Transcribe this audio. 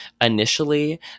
initially